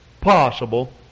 possible